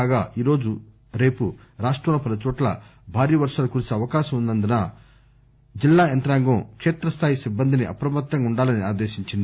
కాగా ఈ రోజు రేపు రాష్టంలో పలుచోట్ల భారీ వర్షాలు కురిసే అవకాశం ఉన్నందున జిల్లా యంతాంగం క్షేత్రస్లాయి సిబ్బందిని అప్రమత్తంగా ఉండాలని ఆదేశించింది